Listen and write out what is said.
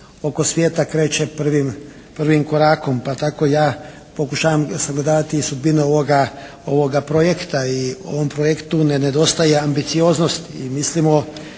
oko svijeta kreće prvim korakom pa tako ja pokušavam sagledavati i sudbine ovoga projekta. I ovom projektu ne nedostaje ambicioznost. I mislimo